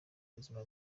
ubuzima